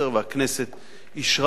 והכנסת אישרה,